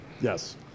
Yes